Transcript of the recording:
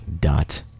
dot